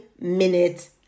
minute